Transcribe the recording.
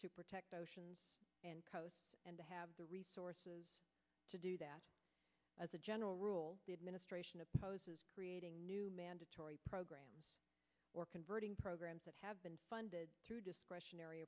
to protect the oceans and to have the resources to do that as a general rule the administration opposes creating new mandatory programs or converting programs that have been funded through discretionary